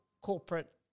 corporate